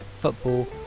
football